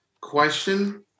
question